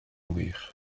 wych